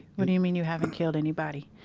what do you mean you haven't killed anybody?